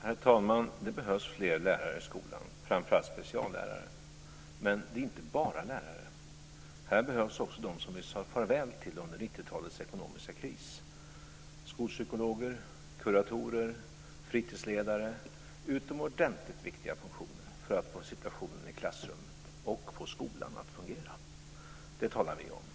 Herr talman! Det behövs fler lärare i skolan, framför allt speciallärare. Men det är inte bara lärare som behövs. Här behövs också de som vi sade farväl till under 90-talets ekonomiska kris. Skolpsykologer, kuratorer och fritidsledare är utomordentligt viktiga funktioner för att få situationen i klassrummet och på skolan att fungera. Det talar vi om.